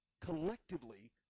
collectively